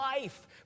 life